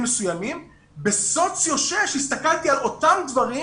מסוימים ובסוציו 6 הסתכלתי על אותם דברים